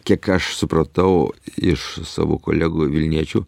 kiek aš supratau iš savo kolegų vilniečių